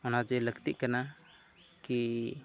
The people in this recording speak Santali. ᱚᱱᱟ ᱡᱮ ᱞᱟᱹᱠᱛᱤᱜ ᱠᱟᱱᱟ ᱠᱤ